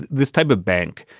this type of bank,